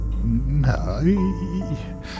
No